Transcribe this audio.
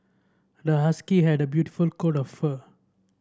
the husky had a beautiful coat of fur